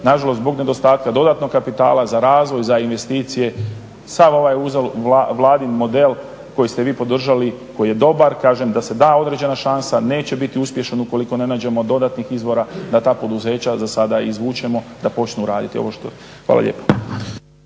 Nažalost, zbog nedostatka dodatnog kapitala za razvoj, za investicije sav ovaj Vladin model koji ste vi podržali, koji je dobar, kažem da se da određena šansa neće biti uspješan ukoliko ne nađemo dodatnih izvora da ta poduzeća zasada izvučemo da počnu raditi. Hvala lijepo.